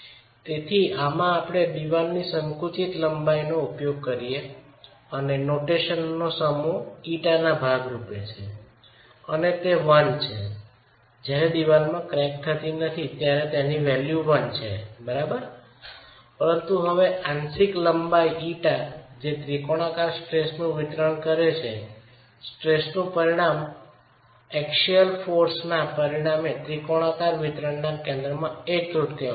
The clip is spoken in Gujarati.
તેથી આમાં આપણે દિવાલની સંકુચિત લંબાઈનો ઉપયોગ કરીએ તે નોટેશનનો સમૂહ η ના ભાગ રૂપે છે અને 1 તે છે જ્યારે દીવાલમાં ક્રેક નથી ત્યારે વેલ્યું 1 બરાબર છે પરંતુ હવે આંશિક લંબાઈ η જે ત્રિકોણાકાર સ્ટ્રેસનું વિતરણ કરે છે સ્ટ્રેસ નું પરિણામ એક્સિયલ બળના પરિણામ ત્રિકોણાકાર વિતરણના કેન્દ્રમાં એક તૃતીયાંશ છે